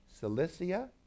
Cilicia